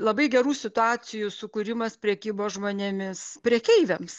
labai gerų situacijų sukūrimas prekybos žmonėmis prekeiviams